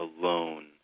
alone